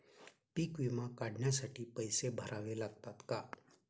पीक विमा काढण्यासाठी पैसे भरावे लागतात का?